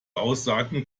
aussagen